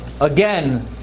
again